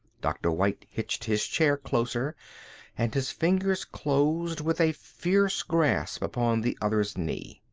dr. white hitched his chair closer and his fingers closed with a fierce grasp upon the other's knee.